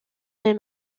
les